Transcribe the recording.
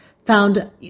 found